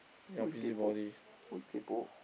who is kaypoh who is kaypoh